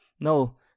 no